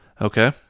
Okay